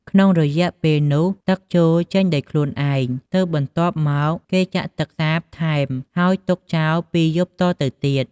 ក្នុងរយៈពេលនោះទឹកជោរចេញដោយខ្លួនឯង ទើបបន្ទាប់មកគេចាក់ទឹកសាបថែមហើយទុកចោល២យប់តទៅទៀត។